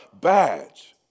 badge